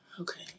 Okay